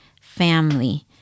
family